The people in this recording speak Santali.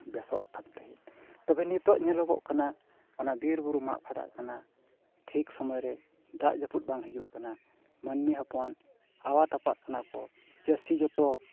ᱵᱮᱥᱚᱜ ᱠᱟᱱ ᱛᱟᱦᱮᱸᱫ ᱛᱚᱵᱮ ᱱᱤᱛᱳᱜ ᱧᱮᱞᱚᱜᱚᱜ ᱠᱟᱱᱟ ᱚᱱᱟ ᱵᱤᱨᱼᱵᱩᱨᱩ ᱢᱟᱜ ᱯᱷᱟᱫᱟᱜ ᱠᱟᱱᱟ ᱴᱷᱤᱠ ᱥᱚᱢᱚᱭ ᱨᱮ ᱫᱟᱜ ᱡᱟᱹᱯᱩᱫ ᱵᱟᱝ ᱦᱤᱡᱩᱜ ᱠᱟᱱᱟ ᱢᱟᱹᱱᱢᱤ ᱦᱚᱯᱚᱱ ᱟᱣᱟ ᱴᱟᱯᱟᱜ ᱠᱟᱱᱟ ᱠᱚ ᱪᱟᱹᱥᱤ ᱡᱚᱛᱚ